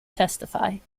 testify